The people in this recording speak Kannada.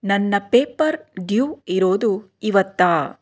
ನನ್ನ ಪೇಪರ್ ಡ್ಯೂ ಇರೋದು ಇವತ್ತೇ